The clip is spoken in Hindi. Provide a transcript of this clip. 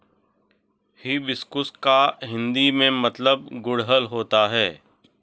हिबिस्कुस का हिंदी में मतलब गुड़हल होता है